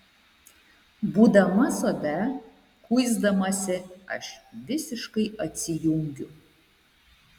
būdama sode kuisdamasi aš visiškai atsijungiu